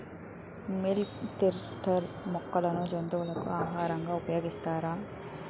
Milk thistle మొక్కను జంతువులకు ఆహారంగా ఉపయోగిస్తారా?